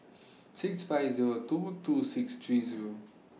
six five Zero two two six three Zero